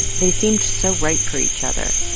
they seemed so right for each other.